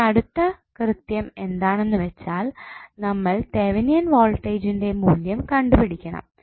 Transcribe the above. ഇനി അടുത്ത കൃത്യം എന്താണെന്ന് വെച്ചാൽ നമ്മൾ തെവനിയൻ വോൾട്ടേജ്ൻറെ മൂല്യം കണ്ടുപിടിക്കണം